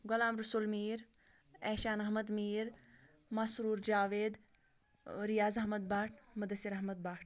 Ghulam Rasool Mir Ishan Ahmad Mir Masroor Javed Riyaz Ahmad Bhat Mudasir Ahmad Bhat